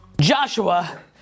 Joshua